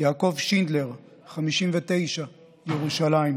יעקב שינדלר, בן 59, מירושלים,